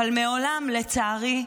אבל מעולם, לצערי,